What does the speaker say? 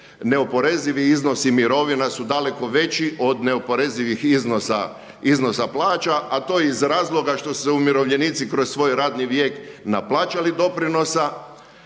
neoporezivi iznosi mirovina su daleko veći od neoporezivih iznosa plaća a to iz razloga što se umirovljenici kroz svoj radni vijek naplaćali doprinosa